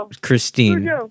Christine